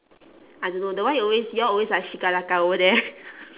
I don't know the one you always you all always like over there